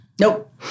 Nope